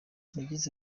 yagize